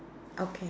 okay